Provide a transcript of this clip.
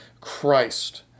Christ